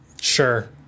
Sure